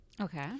Okay